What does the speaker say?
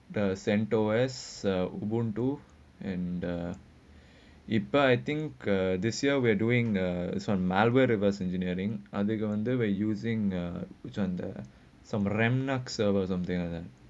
the centre west uh won't do and uh it but I think uh this year we're doing the this [one] malware reverse engineering other vendor we are using the which [one] BrandLux server or something like that